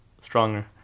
stronger